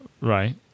Right